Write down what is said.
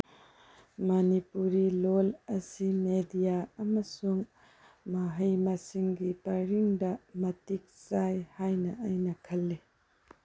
ꯃꯅꯤꯄꯨꯔꯤ ꯂꯣꯜ ꯑꯁꯤ ꯃꯦꯗꯤꯌꯥ ꯑꯃꯁꯨꯡ ꯃꯍꯩ ꯃꯁꯤꯡꯒꯤ ꯄꯔꯤꯡꯗ ꯃꯇꯤꯛ ꯆꯥꯏ ꯍꯥꯏꯅ ꯑꯩꯅ ꯈꯜꯂꯤ